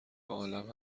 عالم